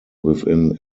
within